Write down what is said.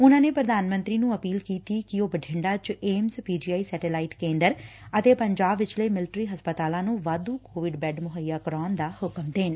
ਉਨੂਾ ਨੇ ਪ੍ਰਧਾਨ ਮੰਤਰੀ ਨੂੰ ਅਪੀਲ ਕੀਤੀ ਕਿ ਉਹ ਬਠਿੰਡਾ ਚ AIIMS P G I satellite ਕੇਦਰ ਅਤੇ ਪੰਜਾਬ ਵਿਚਲੇ ਮਿਲਟਰੀ ਹਸਪਤਾਲਾਂ ਨੂੰ ਵਾਧੁ ਕੋਵਿਡ ਬੈਡ ਮੁਹੱਈਆ ਕਰਾਉਣ ਦਾ ਹੁਕਮ ਦੇਣ